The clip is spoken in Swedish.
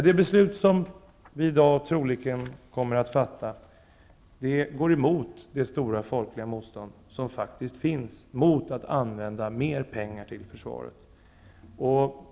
Det beslut som vi i dag troligen kommer att fatta går emot det stora folkliga motstånd som faktiskt finns mot att använda mer pengar till försvaret.